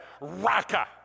Raka